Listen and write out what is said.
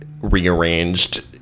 rearranged